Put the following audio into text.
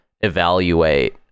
evaluate